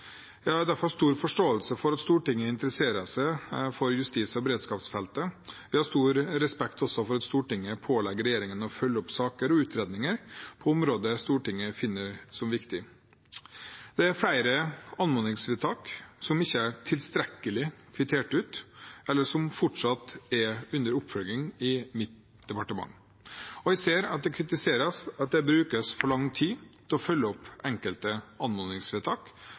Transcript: Jeg har derfor stor forståelse for at Stortinget interesserer seg for justis- og beredskapsfeltet. Jeg har også stor respekt for at Stortinget pålegger regjeringen å følge opp saker og utredninger på områder Stortinget finner viktig. Det er flere anmodningsvedtak som ikke er tilstrekkelig kvittert ut, eller som fortsatt er under oppfølging i mitt departement. Jeg ser at det kritiseres at det brukes for lang tid på å følge opp enkelte anmodningsvedtak.